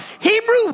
Hebrew